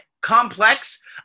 Complex